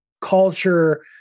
culture